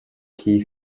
key